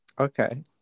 Okay